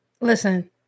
Listen